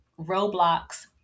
Roblox